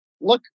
look